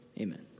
amen